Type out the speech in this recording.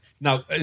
Now